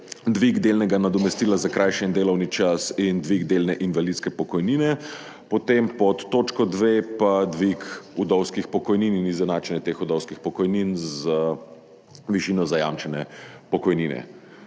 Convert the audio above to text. dvig delnega nadomestila za skrajšani delovni čas in dvig delne invalidske pokojnine, potem pod točko dve pa dvig vdovskih pokojnin in izenačenje teh vdovskih pokojnin z višino zajamčene pokojnine.